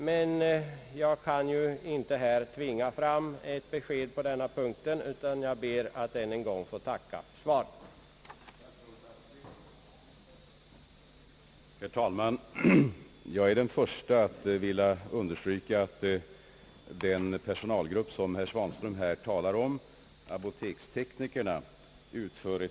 Men jag kan ju här inte tvinga fram ett besked på denna punkt, utan ber att än en gång få tacka statsrådet Aspling för svaret.